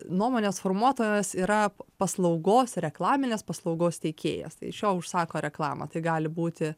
nuomonės formuotojas yra paslaugos reklaminės paslaugos teikėjas tai iš jo užsako reklamą tai gali būti